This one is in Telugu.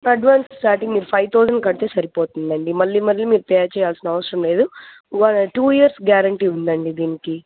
అడ్వాన్స్ స్టార్టింగ్ మీరు ఫైవ్ థౌజండ్ కడితే సరిపోతుందండి మళ్ళీ మళ్ళీ మీరు పే చేయాల్సిన అవసరం లేదు టూ ఇయర్స్ గ్యారంటీ ఉందండి దీనికి